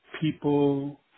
people